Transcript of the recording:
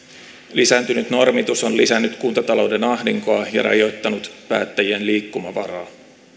lisääntynyt normitus on lisännyt kuntatalouden ahdinkoa ja rajoittanut päättäjien liikkumavaraa